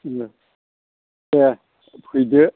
दे फैदो